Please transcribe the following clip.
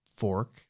fork